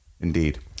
indeed